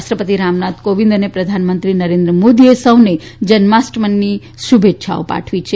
રાષ્ટ્રપતિ રામનાથ કોવિંદ અને પ્રધાનમંત્રી નરેન્દ્ર મોદીએ સૌને જન્માષ્ટમીની શુભેચ્છાઓ પાઠવી છે